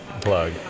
plug